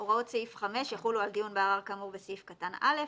הוראות סעיף 5 יחולו על דיון בערר כאמור בסעיף קטן (א),